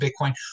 Bitcoin